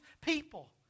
people